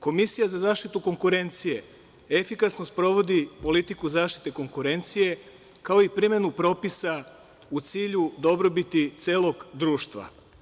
Komisija za zaštitu konkurencije efikasno sprovodi politiku zaštite konkurencije kao i primenu propisa u cilju dobrobiti celog društva.